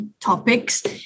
topics